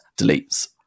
deletes